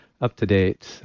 up-to-date